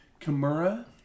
Kimura